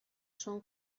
son